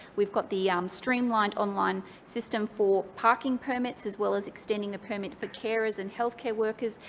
we've got the um streamlined online system for parking permits as well as extending the permit for carers and healthcare workers,